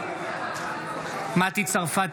בעד מטי צרפתי